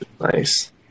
Nice